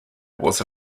was